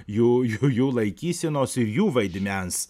jų jų jų laikysenos ir jų vaidmens